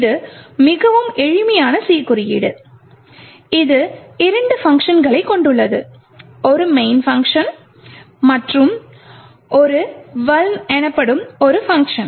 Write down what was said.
இது மிகவும் எளிமையான C குறியீடு இது இரண்டு பங்க்ஷன்களைக் கொண்டுள்ளது ஒரு main பங்க்ஷன் மற்றும் vuln எனப்படும் ஒரு பங்க்ஷன்